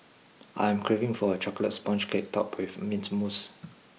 I am craving for a chocolate sponge cake topped with mint mousse